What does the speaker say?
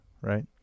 right